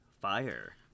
Fire